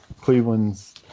Cleveland's